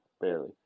Barely